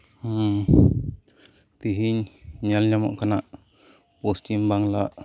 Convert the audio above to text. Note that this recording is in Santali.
ᱱᱤᱭᱟᱹ ᱛᱮᱹᱦᱮᱹᱧ ᱧᱮᱞ ᱧᱟᱢᱚᱜ ᱠᱟᱱᱟ ᱯᱚᱥᱪᱤᱢ ᱵᱟᱝᱞᱟ